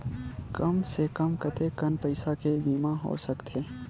कम से कम कतेकन पईसा के बीमा हो सकथे?